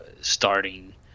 starting